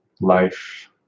life